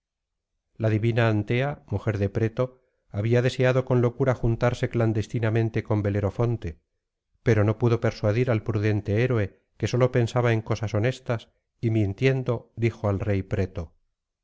la divina antea mujer de preto había deseado con locura juntarse clandestinamente con belerofonte pero no pudo persuadir al prudente héroe que sólo pensaba en cosas honestas y mintiendo dijo al rey preto